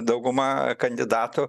dauguma kandidatų